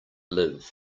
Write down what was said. live